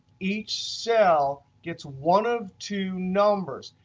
each cell gets one of two numbers,